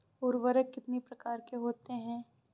उर्वरक कितनी प्रकार के होते हैं?